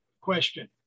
question